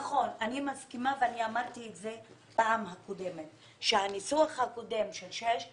אני מסכימה וגם אמרתי את זה בפעם הקודמת שהניסוח הקודם של סעיף 6,